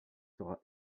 sera